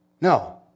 No